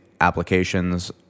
applications